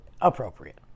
appropriate